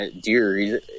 deer